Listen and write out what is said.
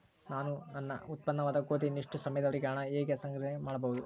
ನಾನು ನನ್ನ ಉತ್ಪನ್ನವಾದ ಗೋಧಿಯನ್ನು ಎಷ್ಟು ಸಮಯದವರೆಗೆ ಮತ್ತು ಹೇಗೆ ಸಂಗ್ರಹಣೆ ಮಾಡಬಹುದು?